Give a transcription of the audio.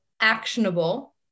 actionable